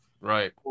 right